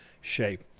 shape